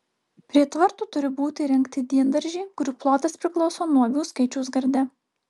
prie tvartų turi būti įrengti diendaržiai kurių plotas priklauso nuo avių skaičiaus garde